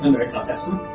and very successful.